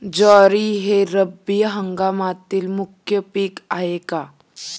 ज्वारी हे रब्बी हंगामातील मुख्य पीक आहे का?